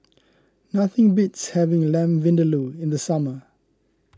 nothing beats having Lamb Vindaloo in the summer